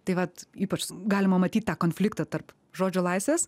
taip vat ypač galima matyt tą konfliktą tarp žodžio laisvės